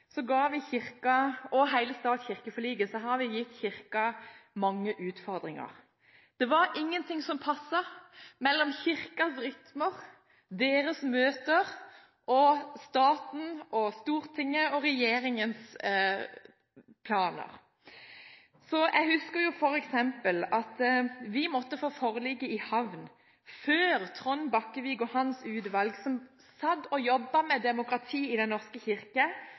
gitt Kirken mange utfordringer. Det var ingenting som passet mellom Kirkens rytmer og dens møter og staten og Stortinget og regjeringens planer. Jeg husker f.eks. at vi måtte få forliket i havn før Trond Bakkevig og hans utvalg, som satt og jobbet med demokrati i Den norske kirke,